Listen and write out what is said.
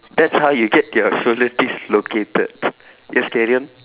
that's how you get your shoulders dislocated let's carry on